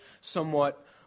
somewhat